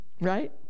Right